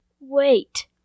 wait